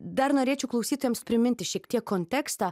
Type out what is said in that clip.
dar norėčiau klausytojams priminti šiek tiek kontekstą